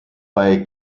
bei